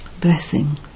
Blessing